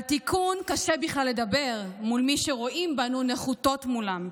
על תיקון קשה בכלל לדבר מול מי שרואים בנו נחותות מולם,